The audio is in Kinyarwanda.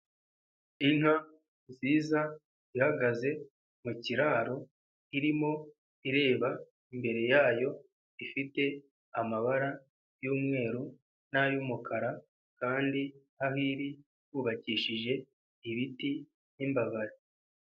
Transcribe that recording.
Inka nziza ihagaze mu kiraro irimo ireba imbere yayo, ifite amabara y'umweru n'ay'umukara kandi aho iri hubakishije ibiti n'imbabari.